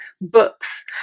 books